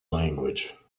language